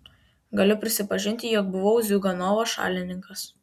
galiu prisipažinti jog buvau ziuganovo šalininkas